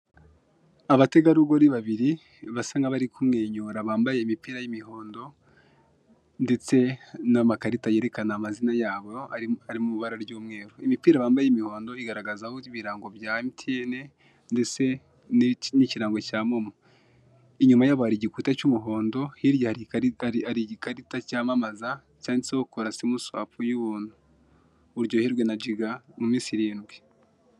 Abategarugori babiri basa n'abari kumwenyura bambaye imipira y'imihondo ndetse n'amakarita yerekana amazina yabo ari mu ibara ry'umweru. Imipira bambaye y'imihondo igaragazaho ibirango bya emutiyeni ndetse n'ikirango cya momo. Inyuma yabo hari igikuta cy'umuhondo, hirya hari igikarita cyamamaza cyanditseho kora simuswapu y'ubuntu. Muryoherwa na jiga mu minsi irindwi.